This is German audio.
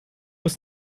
ist